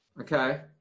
Okay